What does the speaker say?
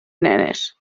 nenes